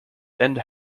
end